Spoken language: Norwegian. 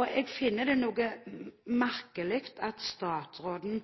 Og jeg finner det noe merkelig at statsråden